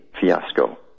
fiasco